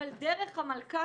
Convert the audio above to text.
אבל דרך המלכה,